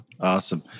Awesome